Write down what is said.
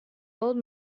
old